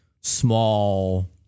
small